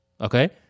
okay